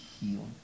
heal